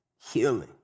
healing